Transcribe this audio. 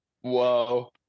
whoa